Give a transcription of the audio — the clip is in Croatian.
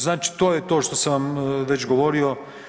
Znači to je to što sam vam već govorio.